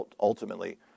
ultimately